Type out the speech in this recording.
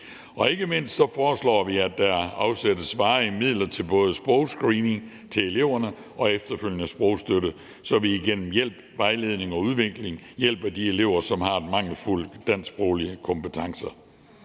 Ikke mindst foreslår vi, at der afsættes varige midler til både sprogscreening til eleverne og efterfølgende sprogstøtte, så vi gennem hjælp, vejledning og udvikling hjælper de elever, som har mangelfulde dansksproglige kompetencer.